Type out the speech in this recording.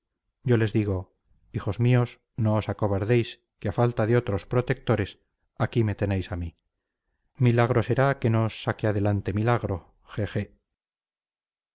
yo les digo hijos míos no os acobardéis que a falta de otros protectores aquí me tenéis a mí milagro será que no os saque adelante milagro je